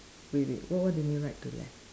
wait wait what what do you mean right to left